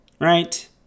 Right